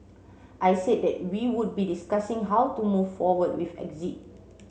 I said that we would be discussing how to move forward with exit